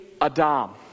Adam